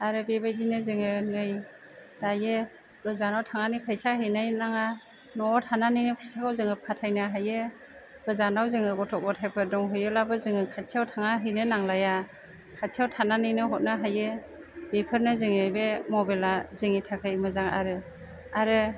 आरो बेबायदिनो जोङो नै दायो गोजानाव थांनानै फैसा हैनाय नाङा न'वाव थानानैनो फैसाखौ जोङो फाथाइनो हायो गोजानाव जोङो गथ' गथायफोर दंहैयोलाबो जोङो खाथियाव थाङा हैनो नांलाया खाथियाव थानानैनो हरनो हायो बेफोरनो जोङो बे मबाइला जोंनि थाखाय मोजां आरो आरो